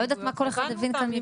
לא יודעת מה כל אחד הבין כאן.